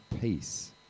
peace